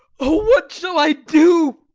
what shall i do?